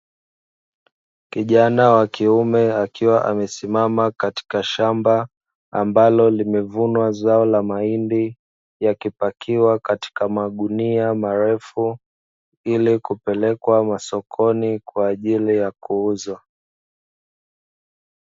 Kijana wa kiume akiwa amesimama katika shamba ambalo limevunwa zao la mahindi, yakipakiwa katika magunia marefu, ili kupelekwa masokoni kwa ajili ya kuuzwa.